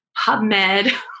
PubMed